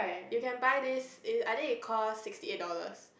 you can buy this is I think it costs sixty eight dollars